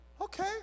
Okay